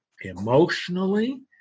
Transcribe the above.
emotionally